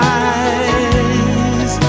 eyes